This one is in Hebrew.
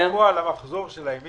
המחזור שלהן בפועל,